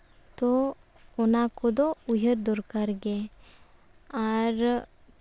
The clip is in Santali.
ᱛᱚ ᱚᱱᱟ ᱠᱚᱫᱚ ᱩᱭᱦᱟᱹᱨ ᱫᱚᱨᱠᱟᱨ ᱜᱮ ᱟᱨ